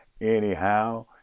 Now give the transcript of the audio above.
anyhow